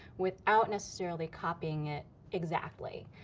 without necessarily copying it exactly.